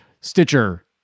Stitcher